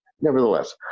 Nevertheless